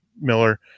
Miller